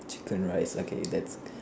chicken rice okay that's